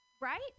right